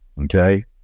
okay